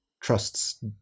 trusts